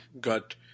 got